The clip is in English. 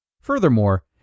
Furthermore